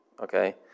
okay